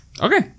Okay